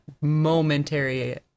momentary